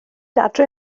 adre